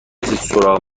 سراغ